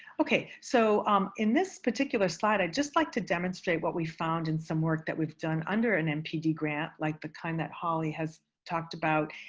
okay. so um in this particular slide, i'd just like to demonstrate what we found in some work that we've done under an npd grant, like the kind that holly has talked about.